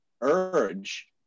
urge